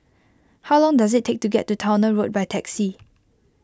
how long does it take to get to Towner Road by taxi